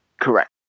Correct